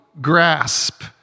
grasp